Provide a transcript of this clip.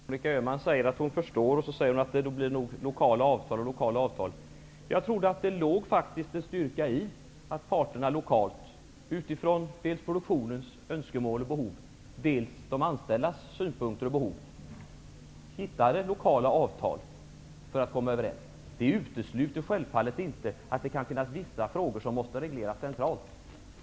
Herr talman! Monica Öhman säger att hon förstår, och sedan säger hon att det nog blir lokala avtal. Jag trodde faktiskt att det låg en styrka i att parterna lokalt, utifrån dels produktionens önskemål och behov, dels de anställdas synpunkter och behov, kom överens och träffade lokala avtal. Det utesluter självfallet inte att det kan finnas vissa frågor som måste regleras centralt.